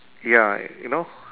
ya you know